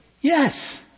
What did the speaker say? Yes